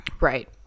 Right